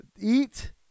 eat